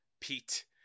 Pete